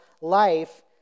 life